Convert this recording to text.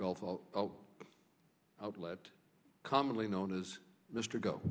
gulf outlet commonly known as mr go